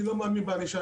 אני לא מאמין בענישה,